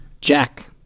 Jack